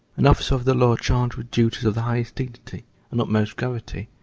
an officer of the law charged with duties of the highest dignity and utmost gravity,